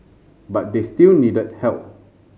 but they still needed help